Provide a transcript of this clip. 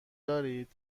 دارید